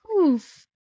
Oof